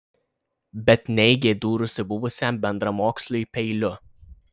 bet neigė dūrusi buvusiam bendramoksliui peiliu